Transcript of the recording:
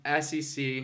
SEC